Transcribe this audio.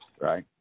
right